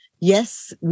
Yes